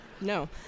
No